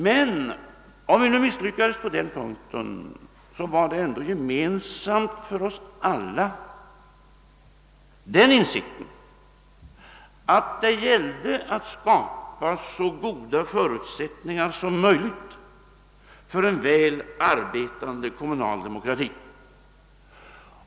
Men om vi misslyckades på den punkten var ändå den insikten gemensam för oss alla, att det gällde att skapa så goda förutsättningar som möjligt för en väl arbetande kommunal demokrati.